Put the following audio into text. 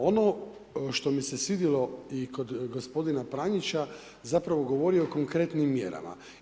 Ono što mi se svidjelo i kod gospodina Pranića, zapravo govorio je o konkretnim mjerama.